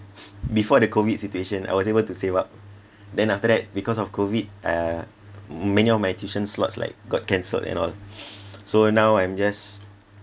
before the COVID situation I was able to save up then after that because of COVID uh many of my tuition slots like got cancelled and all so now I'm just